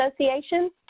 Association